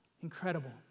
Incredible